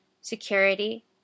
security